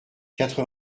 quatre